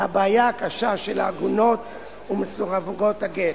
לבעיה הקשה של העגונות ומסורבות הגט.